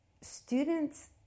Students